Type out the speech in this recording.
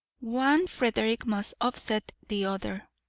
one frederick must offset the other,